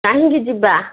କାହିଁକି ଯିବା